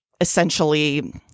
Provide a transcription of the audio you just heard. essentially